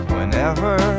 Whenever